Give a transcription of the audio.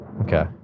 Okay